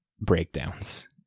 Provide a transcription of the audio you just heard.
breakdowns